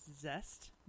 zest